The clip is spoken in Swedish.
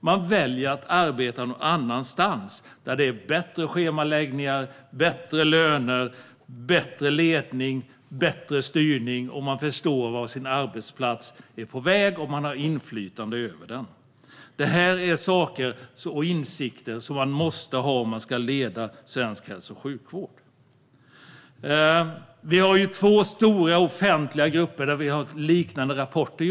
Man väljer att arbeta någon annanstans, där schemaläggningen är bättre, lönen är bättre, ledningen är bättre, styrningen är bättre, man förstår vart arbetsplatsen är på väg och man har inflytande. Det här är insikter som måste finnas om man ska leda svensk hälso och sjukvård. Det finns två offentliga grupper där det har lagts fram liknande rapporter.